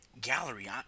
gallery